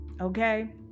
okay